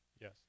Yes